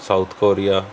South Korea